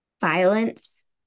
violence